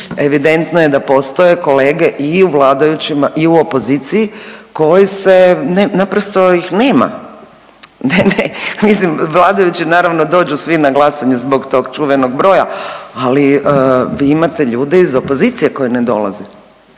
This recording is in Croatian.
evidentno je da postoje kolege i u vladajućima i u opoziciji koji se, naprosto ih nema, ne, ne, mislim vladajući naravno dođu svi na glasanje zbog tog čuvenog broja, ali vi imate ljude iz opozicije koji ne dolaze,